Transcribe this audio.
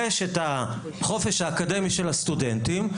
יש את החופש האקדמי של הסטודנטים,